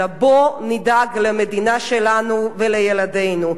אלא בואו נדאג למדינה שלנו ולילדינו.